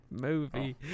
movie